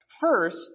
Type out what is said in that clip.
First